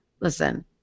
listen